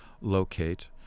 locate